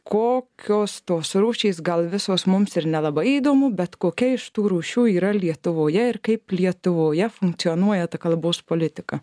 kokios tos rūšys gal visos mums ir nelabai įdomu bet kokia iš tų rūšių yra lietuvoje ir kaip lietuvoje funkcionuoja ta kalbos politika